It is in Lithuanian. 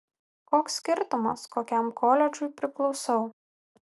koks skirtumas kokiam koledžui priklausau